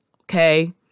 okay